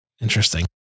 interesting